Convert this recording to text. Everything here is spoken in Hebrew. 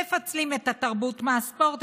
מפצלים את התרבות מהספורט,